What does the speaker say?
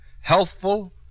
Healthful